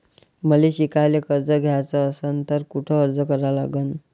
मले शिकायले कर्ज घ्याच असन तर कुठ अर्ज करा लागन?